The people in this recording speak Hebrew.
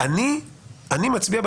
דהיינו,